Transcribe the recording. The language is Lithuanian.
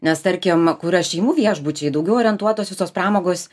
nes tarkim kur yra šeimų viešbučiai daugiau orientuotos visos pramogos